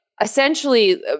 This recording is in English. essentially